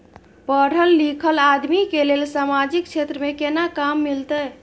पढल लीखल आदमी के लेल सामाजिक क्षेत्र में केना काम मिलते?